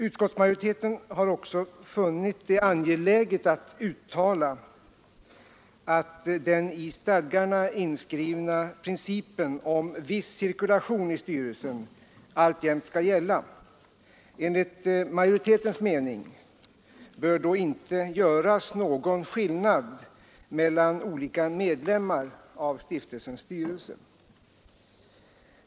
Utskottsmajoriteten har också funnit det angeläget att uttala att den i stadgarna inskrivna principen om viss cirkulation i styrelsen alltjämt skall gälla. Enligt majoritetens mening bör det då inte göras någon skillnad mellan olika medlemmar i stiftelsens styrelse.